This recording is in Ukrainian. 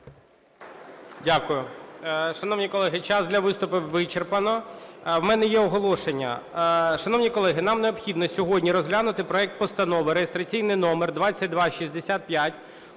Дякую. Шановні колеги, час для виступів вичерпано. В мене є оголошення. Шановні колеги, нам необхідно сьогодні розглянути проект Постанови, реєстраційний номер 2265,